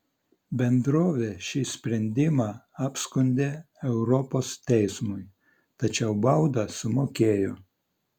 bendrovė šį sprendimą apskundė europos teismui tačiau baudą sumokėjo